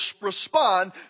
respond